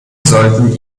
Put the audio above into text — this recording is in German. sollten